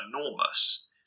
enormous